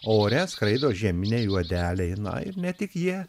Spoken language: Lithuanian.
o ore skraido žeminė juodeliai na ir ne tik jie